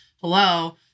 hello